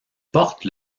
porte